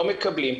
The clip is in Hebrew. לא מקבלים.